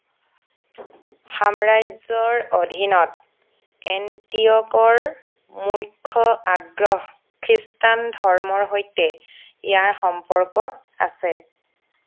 সাম্ৰাজ্যৰ অধীনত এণ্টিয়কৰ মুখ্য আগ্ৰহ খ্ৰীষ্টান ধৰ্মৰ সৈতে ইয়াৰ সম্পৰ্কত আছে